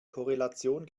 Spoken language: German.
korrelation